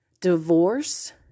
divorce